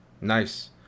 Nice